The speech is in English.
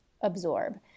absorb